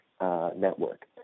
network